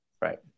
right